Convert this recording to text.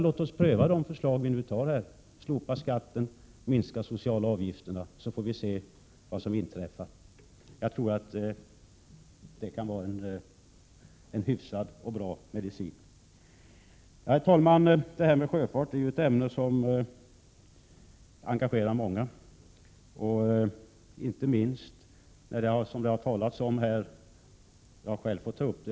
Låt oss pröva det vi föreslår, att slopa skatten och minska de sociala avgifterna, så får vi se vad som inträffar. Jag tror det kan vara en hyfsad och bra medicin. Herr talman! Sjöfart är ett ämne som engagerar många. Jag tog själv upp behovet av beredskapsåtgärder under krisoch krigssituation.